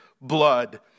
blood